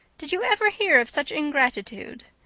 did you ever hear of such ingratitude?